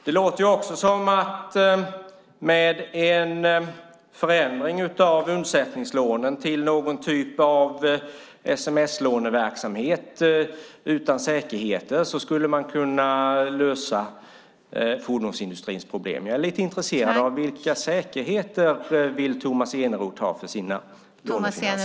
Det låter också som att med en förändring av undsättningslånen till någon typ av sms-låneverksamhet utan säkerheter skulle man kunna lösa fordonsindustrins problem. Jag är lite intresserad av vilka säkerheter Tomas Eneroth vill ha för sina lånefinansieringar.